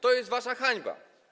To jest wasza hańba.